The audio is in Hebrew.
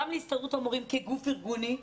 גם להסתדרות המורים כגוף ארגוני,